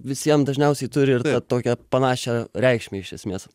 visiem dažniausiai turi ir tą tokią panašią reikšmę iš esmės